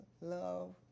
love